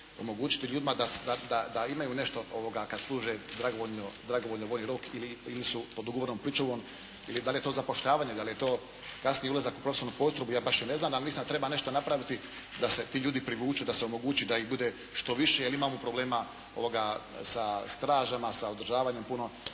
da imaju nešto kad služe dragovoljno vojni rok ili su pod ugovornom pričuvom ili da li je to zapošljavanje, da li je to kasnije ulazak u profesionalnu postrojbu. Ja baš i ne znam, ali mislim da treba nešto napraviti da se ti ljudi privuku, da se omogući da ih ima što više. Jer imamo problema sa stražama, sa održavanjem puno